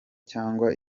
cyangwa